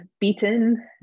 beaten